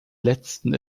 letzten